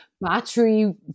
battery